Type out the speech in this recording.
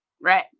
right